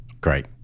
Great